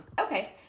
Okay